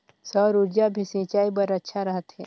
सौर ऊर्जा भी सिंचाई बर अच्छा रहथे?